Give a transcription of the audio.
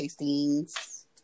Tastings